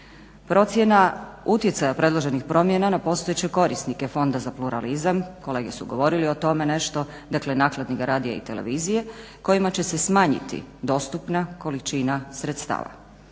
Procjena utjecaja predloženih promjena na postojeće korisnike Fonda za pluralizam, kolege su govorili o tome nešto, dakle nakladnika radija i televizije, kojima će se smanjiti dostupna količina sredstava.